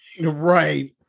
right